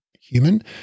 human